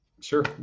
Sure